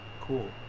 Cool